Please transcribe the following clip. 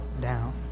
down